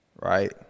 right